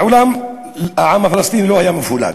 מעולם לא היה העם הפלסטיני מפולג.